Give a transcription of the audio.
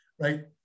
right